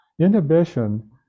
inhibition